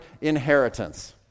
inheritance